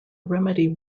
remedy